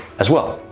as well,